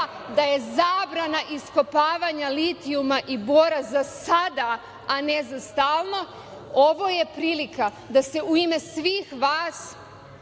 da je zabrana iskopavanja litijuma i bora za sada, a ne za stalno, ovo je prilika da se u ime svih vas